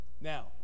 Now